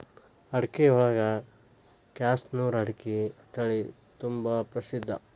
ಅಡಿಕಿಯೊಳಗ ಕ್ಯಾಸನೂರು ಅಡಿಕೆ ತಳಿತುಂಬಾ ಪ್ರಸಿದ್ಧ